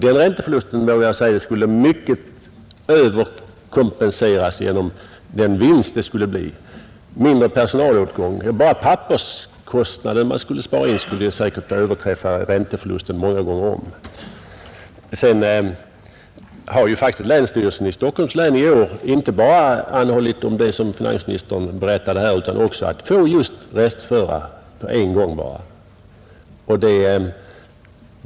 Den ränteförlusten, vågar jag säga, skulle mycket överkompenseras genom den vinst som skulle uppstå genom mindre personalorganisation och mindre papperskostnad. Enbart besparingen på papperskostnaden skulle säkert överträffa ränteförlusten många gånger om. Länsstyrelsen i Stockholms län har faktiskt i år inte bara anhållit om det som finansministern nämnde, utan just att få restföra bara en gång.